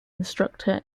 instructor